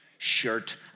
shirt